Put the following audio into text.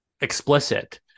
explicit